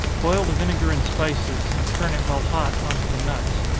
boil the vinegar and spices, and turn it while hot on to the nuts.